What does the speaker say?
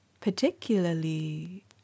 particularly